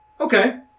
Okay